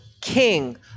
king